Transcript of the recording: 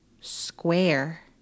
Square